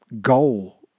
goal